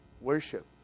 worship